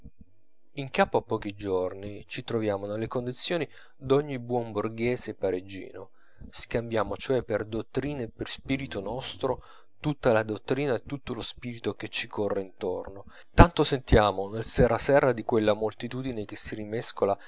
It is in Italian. in capo a pochi giorni ci troviamo nelle condizioni d'ogni buon borghese parigino scambiamo cioè per dottrina e per spirito nostro tutta la dottrina e tutto lo spirito che ci corre intorno tanto sentiamo nel serra serra di quella moltitudine che si rimescola